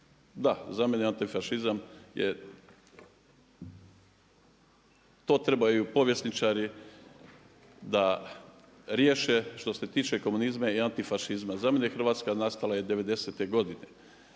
Da, za mene je antifašizam je, to trebaju povjesničari da riješe što se tiče komunizma i antifašizma. Za mene je Hrvatska nastala 90. godine